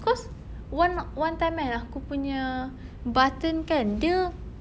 cause one one time kan aku punya button kan dia